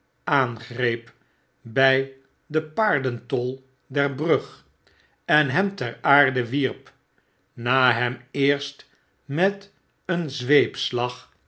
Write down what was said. aangreep by den paardentol der brug en hem ter aarde wierp na hem eerst met een zweepslag